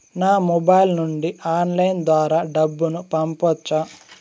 నా మొబైల్ నుండి ఆన్లైన్ ద్వారా డబ్బును పంపొచ్చా